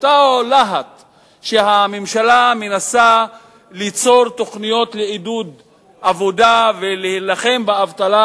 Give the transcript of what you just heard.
באותו הלהט שהממשלה מנסה ליצור תוכניות לעידוד עבודה ולהילחם באבטלה,